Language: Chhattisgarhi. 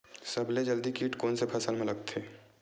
सबले जल्दी कीट कोन से फसल मा लगथे?